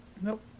nope